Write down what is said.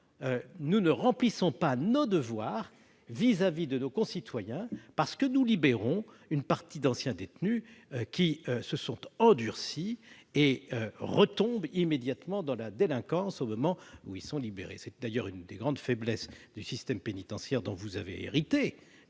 nous ne remplissons pas nos devoirs à l'égard de nos concitoyens. En effet, nous libérons une partie d'anciens détenus qui se sont endurcis et qui retombent immédiatement dans la délinquance à leur libération. D'ailleurs, l'une des grandes faiblesses du système pénitentiaire dont vous avez hérité,